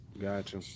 Gotcha